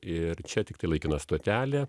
ir čia tiktai laikina stotelė